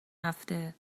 هفته